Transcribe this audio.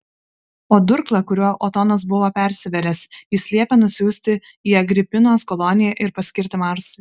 o durklą kuriuo otonas buvo persivėręs jis liepė nusiųsti į agripinos koloniją ir paskirti marsui